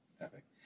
epic